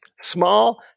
small